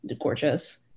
gorgeous